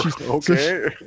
okay